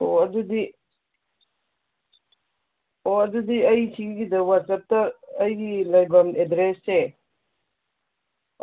ꯑꯣ ꯑꯗꯨꯗꯤ ꯑꯣ ꯑꯗꯨꯗꯤ ꯑꯩ ꯁꯤꯒꯤꯗ ꯋꯥꯆꯞꯇ ꯑꯩꯒꯤ ꯂꯩꯕꯝ ꯑꯦꯗ꯭ꯔꯦꯁꯁꯦ